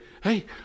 hey